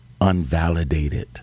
unvalidated